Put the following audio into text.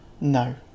No